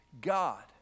God